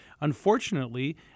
unfortunately